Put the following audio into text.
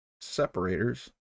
separators